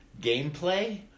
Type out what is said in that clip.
gameplay